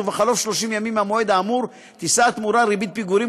ובחלוף 30 ימים מהמועד האמור תישא התמורה ריבית פיגורים,